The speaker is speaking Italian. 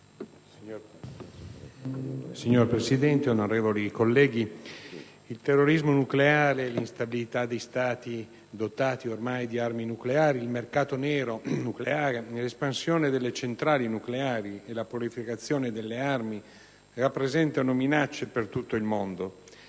Signor Presidente, onorevoli colleghi, il terrorismo nucleare, l'instabilità di Stati dotati ormai di armi nucleari, il mercato nero nucleare, l'espansione delle centrali nucleari e la proliferazione delle armi nucleari rappresentano minacce per tutto il mondo.